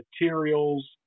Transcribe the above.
materials